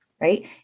right